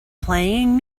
playing